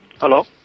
Hello